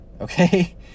okay